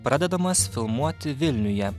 pradedamas filmuoti vilniuje